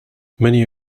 many